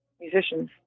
musicians